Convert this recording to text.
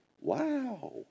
Wow